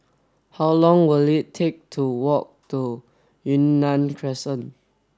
how long will it take to walk to Yunnan Crescent